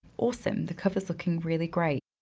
awesome, the cover's looking really great.